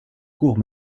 courts